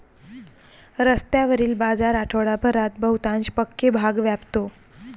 रस्त्यावरील बाजार आठवडाभरात बहुतांश पक्के भाग व्यापतो